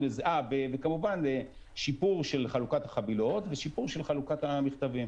וכמובן שיפור של חלוקת החבילות ושיפור של חלוקת המכתבים.